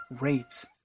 rates